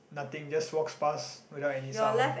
nothing just walks pass without any sound